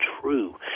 true